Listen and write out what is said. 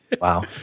Wow